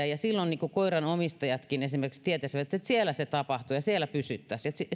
silloin esimerkiksi koiranomistajatkin tietäisivät että siellä se tapahtuu ja siellä pysyttäisiin